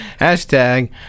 Hashtag